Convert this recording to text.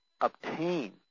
obtain